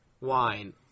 wine